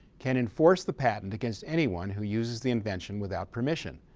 can enforce the patent against anyone who uses the invention without permission.